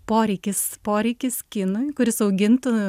poreikis poreikis kinui kuris augintų